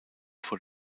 vor